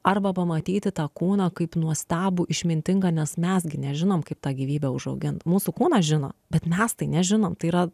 arba pamatyti tą kūną kaip nuostabų išmintingą nes mes gi nežinom kaip tą gyvybę užaugint mūsų kūnas žino bet mes tai nežinom tai yra